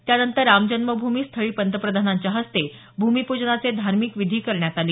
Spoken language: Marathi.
त्यानंतर रामजन्मभूमी स्थळी पंतप्रधानांच्या हस्ते भूमिपूजनाचे धार्मिक विधी करण्यात आले